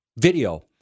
video